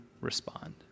respond